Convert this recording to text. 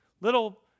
little